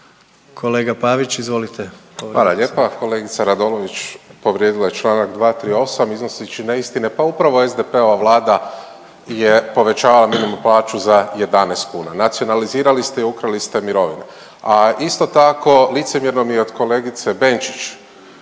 Kolega Pavić izvolite.